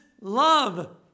love